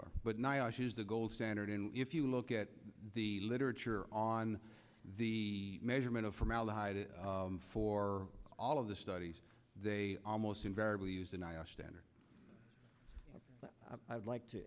are but nyasha is the gold standard and if you look at the literature on the measurement of formaldehyde for all of the studies they almost invariably use an i r standard i'd like to